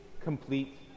complete